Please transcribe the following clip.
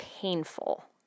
painful